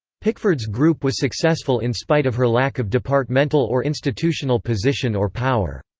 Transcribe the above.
pickford's group was successful in spite of her lack of departmental or institutional position or power.